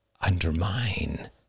undermine